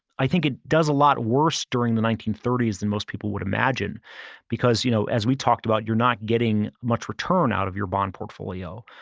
i think it does a lot worse during the nineteen thirty s than most people would imagine because you know as we talked about, you're not getting much return out of your bond portfolio.